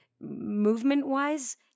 movement-wise